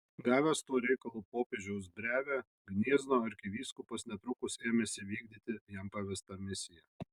gavęs tuo reikalu popiežiaus brevę gniezno arkivyskupas netrukus ėmėsi vykdyti jam pavestą misiją